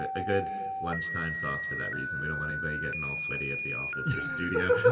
a good lunchtime sauce for that reason. we don't want anybody getting all sweaty at the office or studio